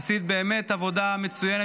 עשית באמת עבודה מצוינת.